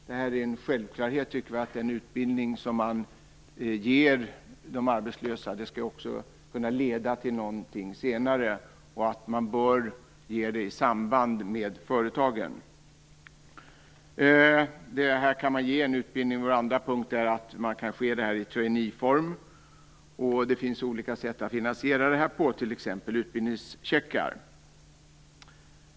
Det är en självklarhet att en utbildning som man erbjuder de arbetslösa skall kunna leda till någonting senare och att utbildningen skall anordnas i samverkan med företagen. Utbildning bör också kunna ske i trainee-form. Det finns olika sätt att finansiera detta, t.ex. genom utbildningscheckar.